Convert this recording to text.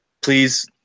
please